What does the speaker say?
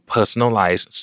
Personalized